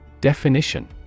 Definition